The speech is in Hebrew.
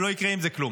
ולא יקרה עם זה כלום.